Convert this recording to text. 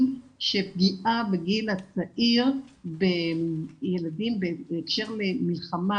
שפגיעה בגיל הצעיר בילדים בהקשר למלחמה,